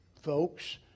folks